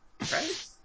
right